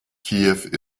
kiew